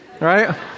right